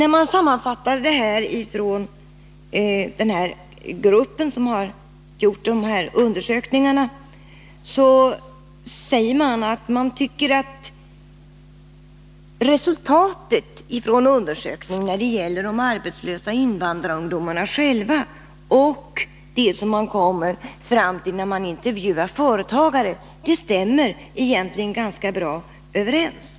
I sammanfattningen av den här gruppens undersökningar säger man att man tycker att resultatet från undersökningen med de arbetslösa invandrarungdomarna själva och det man kom fram till när man intervjuade företagare egentligen stämmer ganska bra överens.